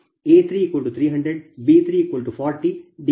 10a3300 b340 d30